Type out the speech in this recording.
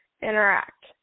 interact